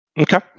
Okay